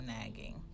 nagging